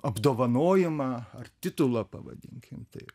apdovanojimą ar titulą pavadinkim taip